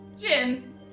Jin